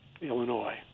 Illinois